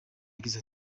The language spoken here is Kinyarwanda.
yagize